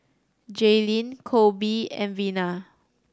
Jaylene Coby and Vena